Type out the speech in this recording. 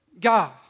God